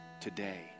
today